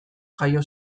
jaio